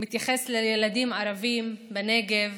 מתייחס לילדים ערבים בנגב